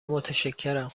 متشکرم